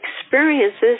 experiences